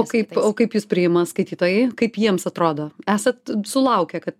o kaip o kaip jus priima skaitytojai kaip jiems atrodo esat sulaukę kad